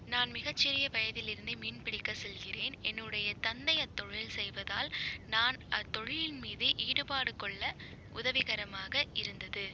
நான் மிகச்சிறிய வயதிலிருந்தே மீன் பிடிக்கச் செல்கிறேன் என்னுடைய தந்தை அத்தொழில் செய்வதால் நான் அத்தொழில் மீது ஈடுபாடு கொள்ள உதவிகரமாக இருந்தது